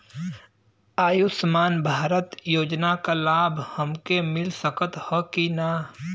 आयुष्मान भारत योजना क लाभ हमके मिल सकत ह कि ना?